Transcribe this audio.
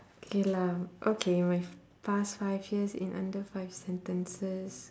okay lah okay my past five years in under five sentences